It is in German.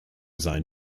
seinen